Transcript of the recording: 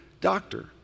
doctor